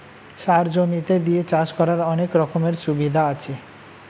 সার জমিতে দিয়ে চাষ করার অনেক রকমের সুবিধা আছে